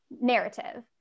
narrative